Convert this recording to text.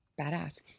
badass